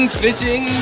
fishing